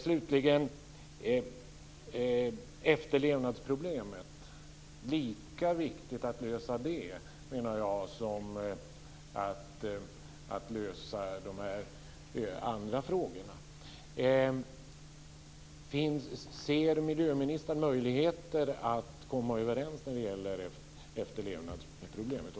Slutligen menar jag att det är lika viktigt att lösa efterlevnadsproblemet som att lösa de här andra frågorna. Ser miljöministern möjligheter att komma överens när det gäller att lösa efterlevnadsproblemet?